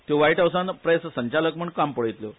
त्यो व्हाईट हाऊसान प्रेस संचालक म्हण काम पळयतल्यो